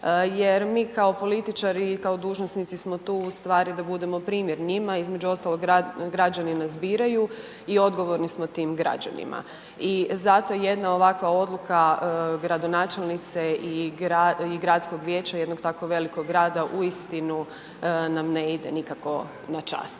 Jer mi kao političari i kao dužnosnici smo tu u stvari da budemo primjer njima, imeđu ostalog građani nas biraju i odgovorni smo tim građanima. I zato jedna ovakva odluka gradonačelnice i gradskog vijeća jednog tako velikog grada uistinu nam ne ide nikako na čas